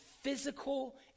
physical